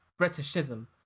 Britishism